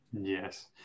Yes